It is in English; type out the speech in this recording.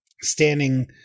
Standing